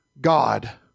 God